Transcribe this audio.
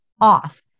off